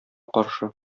каршы